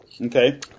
Okay